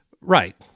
Right